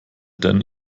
denn